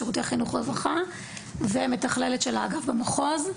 שירותי חינוך רווחה ומתכללת של האגף במחוז.